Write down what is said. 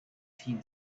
seen